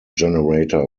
generator